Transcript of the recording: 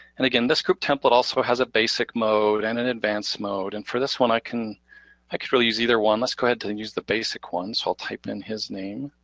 and again, this group template also has a basic mode and an advanced mode, and for this one i can i can really use either one. let's go ahead and use the basic one, so i'll type in his name.